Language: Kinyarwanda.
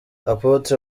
apotre